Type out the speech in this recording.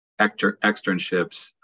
externships